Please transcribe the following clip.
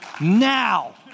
now